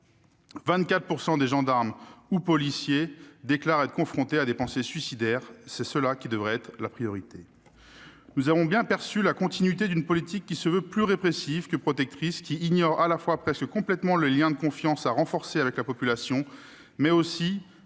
24 % des gendarmes ou policiers déclarent être confrontés à des pensées suicidaires. C'est cela qui devrait être la priorité. Nous avons bien perçu la continuité d'une politique, plus répressive que protectrice, qui ignore tant les liens de confiance à renforcer avec la population que